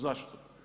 Zašto?